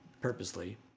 purposely